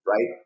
right